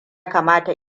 kamata